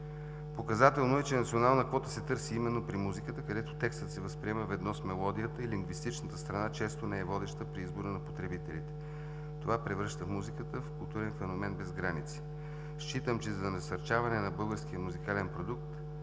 Показателно е, че национална квота се търси именно при музиката, където текстът се възприема ведно с мелодията и лингвистичната страна често не е водеща при избора на потребителите. Това превръща музиката в културен феномен без граници. Считам, че за насърчаване на българския музикален продукт